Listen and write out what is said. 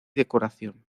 decoración